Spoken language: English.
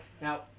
Now